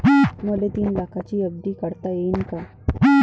मले तीन लाखाची एफ.डी काढता येईन का?